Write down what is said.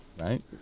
Right